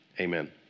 Amen